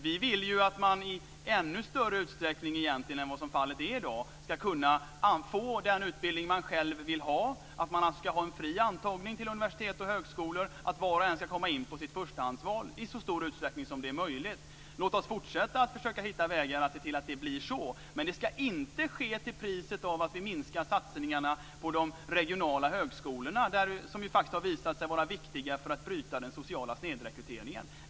Vi vill att man i ännu större utsträckning än vad som är fallet i dag ska kunna få den utbildning man själv vill ha. Det ska vara en fri antagning till universitet och högskolor, och var och en ska komma in på sitt förstahandsval i så stor utsträckning som det är möjligt. Låt oss fortsätta att försöka hitta vägar att se till att det blir så. Men det ska inte ske till priset av att vi minskar satsningarna på de regionala högskolorna, som faktiskt har visat sig vara viktiga för att bryta den sociala snedrekryteringen.